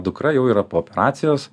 dukra jau yra po operacijos